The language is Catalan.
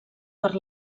per